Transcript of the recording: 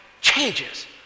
changes